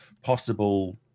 possible